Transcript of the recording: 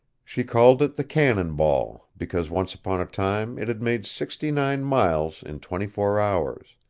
she called it the cannon ball, because once upon a time it had made sixty-nine miles in twenty-four hours.